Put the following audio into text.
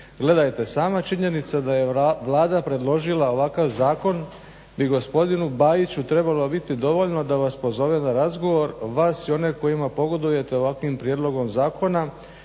"Gledajte, sama činjenica da je Vlada predložila ovakav zakon bi gospodinu Bajiću trebalo biti dovoljno da vas pozove na razgovor vas i one kojima pogodujete ovakvim prijedlogom zakona,